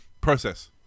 process